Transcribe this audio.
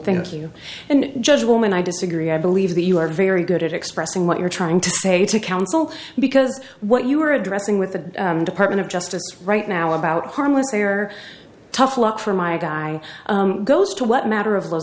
thank you and judge woman i disagree i believe that you are very good at expressing what you're trying to say to counsel because what you are addressing with the department of justice right now about harmless they are tough a lot for my guy goes to what matter of l